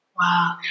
Wow